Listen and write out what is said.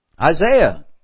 Isaiah